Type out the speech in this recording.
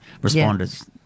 responders